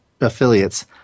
affiliates